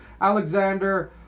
Alexander